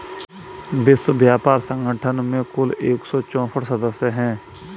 विश्व व्यापार संगठन में कुल एक सौ चौसठ सदस्य हैं